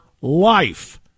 life